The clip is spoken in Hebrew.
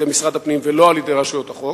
משרד הפנים ולא על-ידי רשויות החוק?